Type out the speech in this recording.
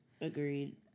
Agreed